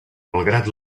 malgrat